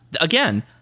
again